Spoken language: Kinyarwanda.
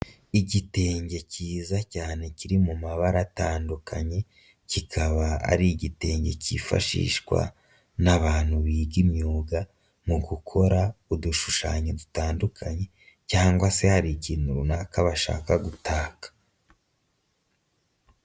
Igitenge cyiza cyane kiri mu mabara atandukanye, kikaba ari igitenge cyifashishwa n'abantu biga imyuga mu gukora udushushanyo dutandukanye cyangwa se hari ikintu runaka bashaka gutaka.